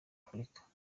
afurika